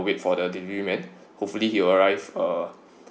wait for the delievery man hopefully he will arrive uh